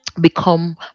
become